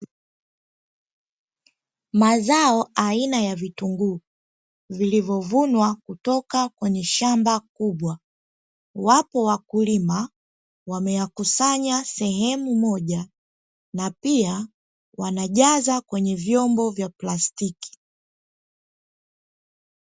Mazao aina ya vitunguu vilivyovunwa kutoka kwenye shamba kubwa, wapo wakulima wameyakusanya sehemu moja na pia wanajaza kwenye vyombo vya plastiki.